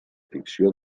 ficció